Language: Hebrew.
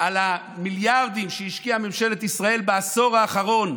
המיליארדים שהשקיעה ממשלת ישראל בעשור האחרון,